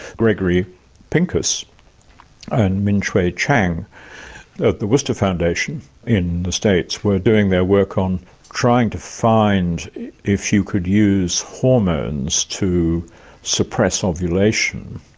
gregory pincus and min chueh chang at the worcester foundation in the states were doing their work on trying to find if you could use hormones to suppress ovulation.